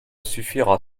suffira